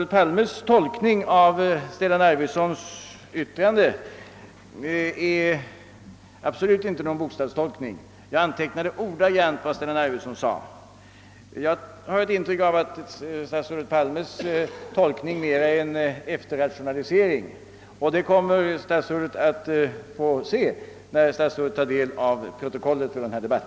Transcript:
Herr Palmes tolkning av herr Arvidsons yttrande var absolut inte någon bokstavstolkning; jag antecknade ordagrant vad herr Arvidson sade. Jag har det intrycket att statsrådet Palmes tolkning mera utgjorde en efterrationalisering, och det kommer nog statsrådet att få se när han tar del av protokollet från denna debatt.